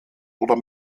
oder